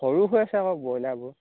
সৰু হৈ আছে আকৌ ব্ৰইলাৰবোৰ